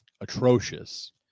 atrocious